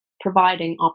providing